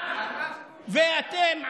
ואתם,